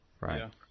Right